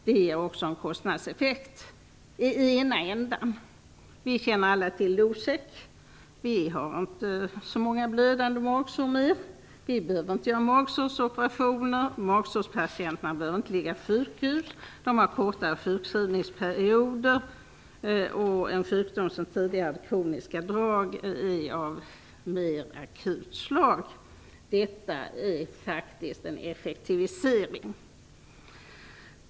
Det är också en kostnadseffekt i ena ändan. Vi känner alla till Losec. Vi har inte så många blödande magsår mer. Vi behöver inte göra magsårsoperationer. Magsårspatienterna behöver inte ligga på sjukhus. De har kortare sjukskrivningsperioder. En sjukdom som tidigare hade kroniska drag är av mer akut slag. Detta är faktiskt en effektivisering.